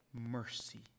mercy